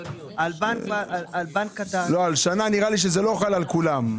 על שנה, נראה ל שזה לא חל על כולם.